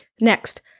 Next